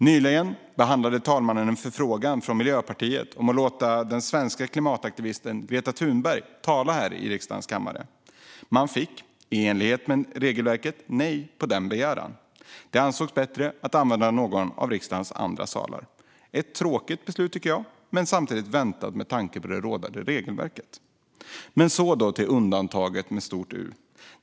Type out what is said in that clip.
Nyligen behandlade talmannen en förfrågan från Miljöpartiet om att låta den svenska klimataktivisten Greta Thunberg tala i riksdagens kammare. Miljöpartiet fick, i enlighet med regelverket, nej på den begäran. Det ansågs bättre att använda någon av riksdagens andra salar. Det var ett tråkigt men samtidigt väntat beslut med tanke på rådande regelverk. Så till undantaget med stort U.